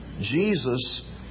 Jesus